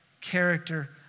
character